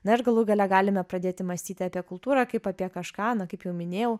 na ir galų gale galime pradėti mąstyti apie kultūrą kaip apie kažką na kaip jau minėjau